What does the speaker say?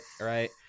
Right